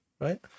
right